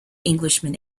englishman